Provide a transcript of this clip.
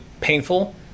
painful